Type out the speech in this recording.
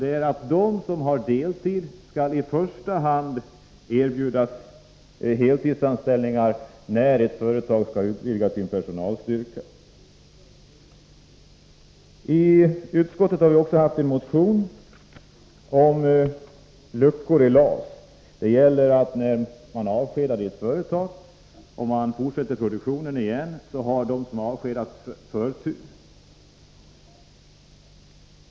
Det gäller att de som har deltid i första hand skall erbjudas heltidsanställning när ett företag skall utöka sin personalstyrka. Utskottet har också behandlat en motion om luckor i lagen om anställningsskydd, LAS. Anställda som har blivit avskedade har förtur till anställning om produktionen vid företaget fortsätter.